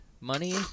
money